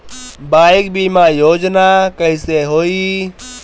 Bike बीमा योजना कैसे होई?